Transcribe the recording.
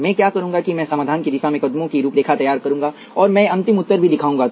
मैं क्या करूंगा कि मैं समाधान की दिशा में कदमों की रूपरेखा तैयार करूंगा और मैं अंतिम उत्तर भी दिखाऊंगा